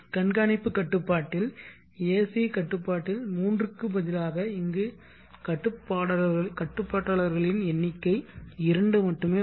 கண்காணிப்பு கட்டுப்பாட்டில் AC கட்டுப்பாட்டில் மூன்றுக்கு பதிலாக இங்கு கட்டுப்பாட்டாளர்களின் எண்ணிக்கை இரண்டு மட்டுமே உள்ளது